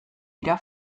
dira